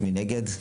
מי נגד?